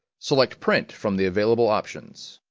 select print from the available options.